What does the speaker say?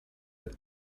are